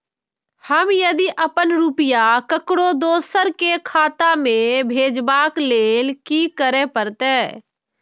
हम यदि अपन रुपया ककरो दोसर के खाता में भेजबाक लेल कि करै परत?